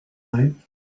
night